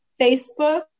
Facebook